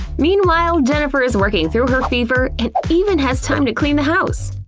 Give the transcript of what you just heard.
meanwhile, jennifer is working through her fever and even has time to clean the house!